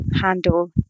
handle